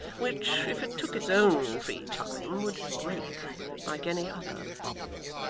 which, if it took its own free time, would break like any other bubble.